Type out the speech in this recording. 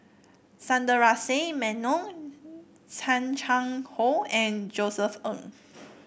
Sundaresh Menon Chan Chang How and Josef Ng